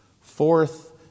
Fourth